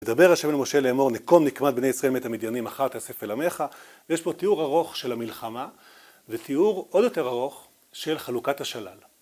ידבר השם אל משה לאמור, נקום נקמת בני ישראל מאת המדיינים אחר תיאסף אל עמיך, יש פה תיאור ארוך של המלחמה ותיאור עוד יותר ארוך של חלוקת השלל